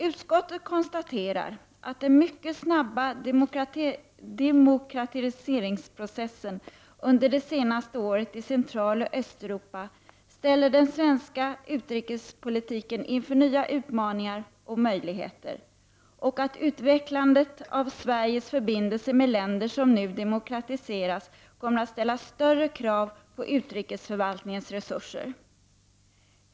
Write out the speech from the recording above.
Utskottet konstaterar, att den mycket snabba demokratiseringsprocessen under det senaste året i Centraloch Östeuropa ställer den svenska utrikespolitiken inför nya utmaningar och möjligheter och att utvecklandet av Sveriges förbindelser med länder som nu demokratiseras kommer att ställa större krav på utrikesförvaltningens resurser.